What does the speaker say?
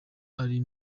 ari